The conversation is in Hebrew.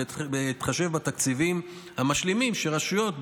בהתחשב בתקציבים המשלימים שרשויות,